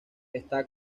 está